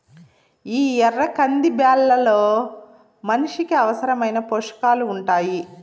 ఈ ఎర్ర కంది బ్యాళ్ళలో మనిషికి అవసరమైన పోషకాలు ఉంటాయి